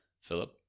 Philip